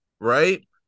right